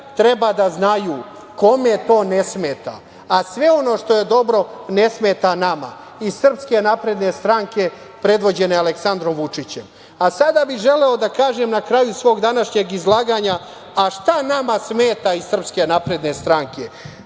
treba da znaju kome to ne smeta. A sve ono što je dobro, ne smeta nama iz SNS predvođene Aleksandrom Vučićem. Sada bih želeo da kažem na kraju svog današnjeg izlaganja, a šta nama smeta iz SNS. Nama smeta